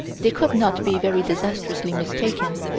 they could not be very disastrously mistaken.